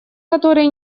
которые